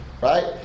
Right